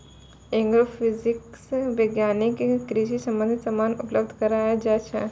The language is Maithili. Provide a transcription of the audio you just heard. एग्रोफिजिक्स विज्ञान कृषि संबंधित समान उपलब्ध कराय छै